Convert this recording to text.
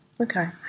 Okay